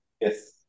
Yes